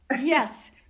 yes